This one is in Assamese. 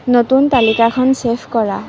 নতুন তালিকাখন চেভ কৰা